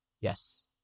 Yes